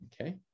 Okay